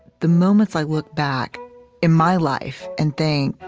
the moments i look back in my life, and think,